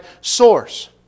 source